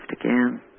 again